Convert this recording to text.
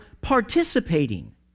participating